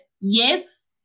yes